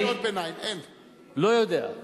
אני לא יודע,